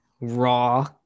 raw